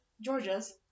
Georgia's-